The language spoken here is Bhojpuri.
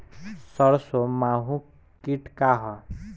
सरसो माहु किट का ह?